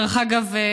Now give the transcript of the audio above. דרך אגב,